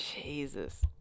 Jesus